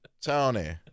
Tony